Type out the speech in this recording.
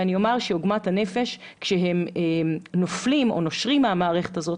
ועוגמת הנפש כשהם נופלים או נושרים מהמערכת הזאת,